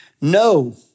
No